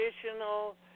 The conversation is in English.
traditional